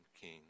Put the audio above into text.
king